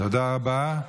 תודה רבה.